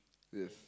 yes